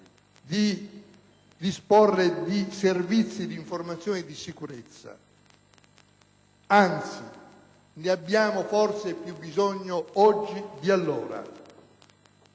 di disporre di Servizi di informazione e di sicurezza. Anzi, ne abbiamo forse più bisogno oggi di allora.